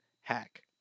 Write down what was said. hack